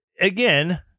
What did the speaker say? Again